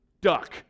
duck